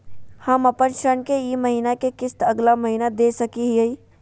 हम अपन ऋण के ई महीना के किस्त अगला महीना दे सकी हियई?